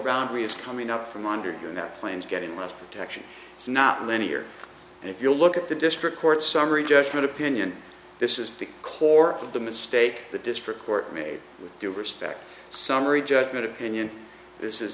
is coming up from under you and that plane is getting much protection it's not linear and if you look at the district court summary judgment opinion this is the core of the mistake the district court made with due respect summary judgment opinion this is